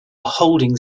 holding